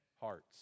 hearts